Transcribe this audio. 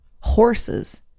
Horses